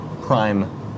Prime